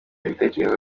ibitekerezo